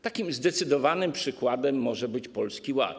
Takim zdecydowanym przykładem może być Polski Ład.